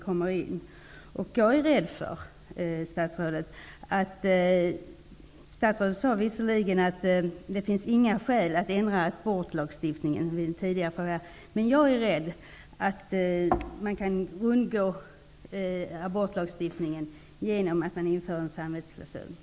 Statsrådet sade visserligen vid en tidigare fråga att det inte finns några skäl för att ändra abortlagstiftningen, men jag är rädd för att man kan undgå abortlagstiftningen genom införandet av en samvetsklausul.